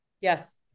Yes